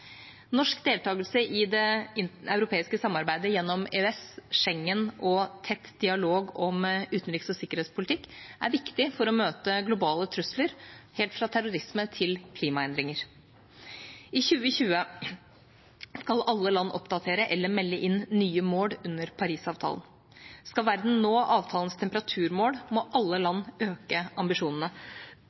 Norsk deltakelse i det europeiske samarbeidet, gjennom EØS, Schengen og tett dialog om utenriks- og sikkerhetspolitikk, er viktig for å møte globale trusler – fra terrorisme til klimaendringer. I 2020 skal alle land oppdatere eller melde inn nye mål under Parisavtalen. Skal verden nå avtalens temperaturmål, må alle land øke ambisjonene.